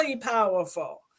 powerful